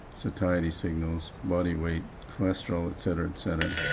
satiety signals, body weight, cholesterol etc. etc.